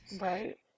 Right